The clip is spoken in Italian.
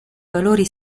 valori